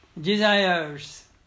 Desires